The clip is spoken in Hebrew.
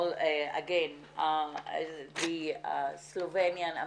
לארח את שגרירת סלובניה,